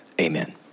amen